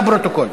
לפרוטוקול.